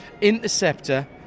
Interceptor